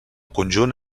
conjunt